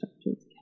structures